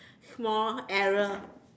small error